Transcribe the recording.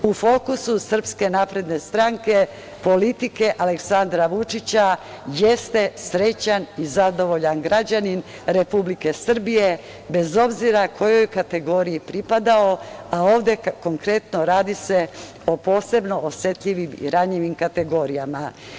U fokusu SNS, politike Aleksandra Vučića jeste srećan i zadovoljan građanin Republike Srbije, bez obzira kojoj kategoriji pripadao, a ovde se konkretno radi o posebno osetljivim i ranjivim kategorijama.